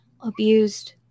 abused